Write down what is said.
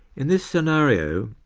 in this scenario,